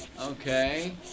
Okay